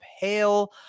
Pale